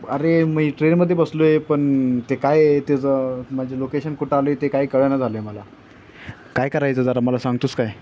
अरे मी ट्रेनमध्ये बसलो आहे पण ते काय आहे त्याचं माझी लोकेशन कुठं आलं आहे ते काय कळना झालं आहे मला काय करायचं जरा मला सांगतोस काय